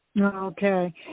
Okay